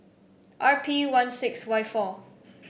R P one six Y four